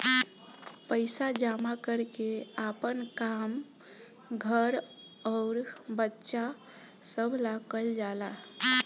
पइसा जमा कर के आपन काम, घर अउर बच्चा सभ ला कइल जाला